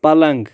پَلنگ